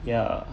ya